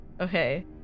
okay